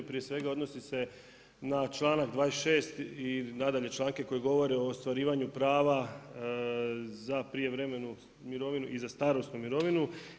Prije svega odnosi se na čl.26. i nadalje članke koji govore o ostvarivanju prava za prijevremenu mirovinu i za starosnu mirovinu.